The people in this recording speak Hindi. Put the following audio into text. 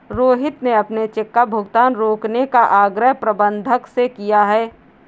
रोहित ने अपने चेक का भुगतान रोकने का आग्रह प्रबंधक से किया है